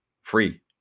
free